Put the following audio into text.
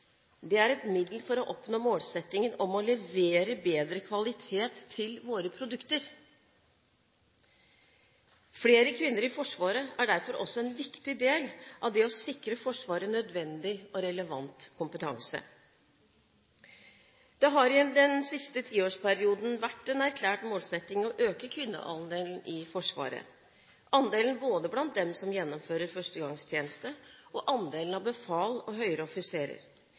er «et middel for å oppnå målsettingen om å levere bedre kvalitet i våre produkter Flere kvinner i Forsvaret er derfor også en viktig del av det å sikre Forsvaret nødvendig og relevant kompetanse. Det har i den siste tiårsperioden vært en erklært målsetting å øke kvinneandelen i Forsvaret, både andelen av dem som gjennomfører førstegangstjeneste og andelen av befal og høyere offiserer.